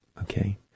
okay